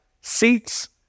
seats